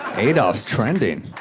adolf's trending.